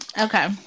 Okay